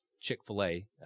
Chick-fil-A